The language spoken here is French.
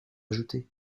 ajouter